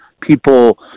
people